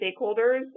stakeholders